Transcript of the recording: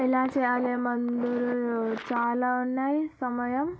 ఎలా చేయాలి మంది చాలా ఉన్నాయి సమయం